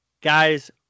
Guys